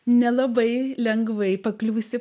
nelabai lengvai pakliuvusi